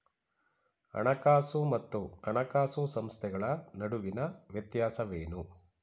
ಹಣಕಾಸು ಮತ್ತು ಹಣಕಾಸು ಸಂಸ್ಥೆಗಳ ನಡುವಿನ ವ್ಯತ್ಯಾಸವೇನು?